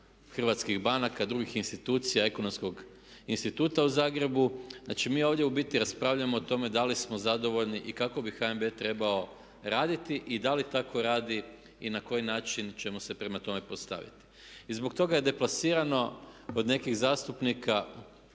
hrvatskih banaka, drugih institucija Ekonomskog instituta u Zagrebu. Znači, mi ovdje u biti raspravljamo o tome da li smo zadovoljni i kako bi HNB trebao raditi i da li tako radi i na koji način ćemo se prema tome postaviti. Zbog toga je deplasirano od nekih zastupnika